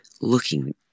looking